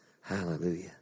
Hallelujah